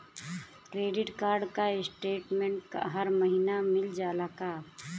Credit card क statement हर महिना मिल जाला का?